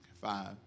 Five